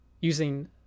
using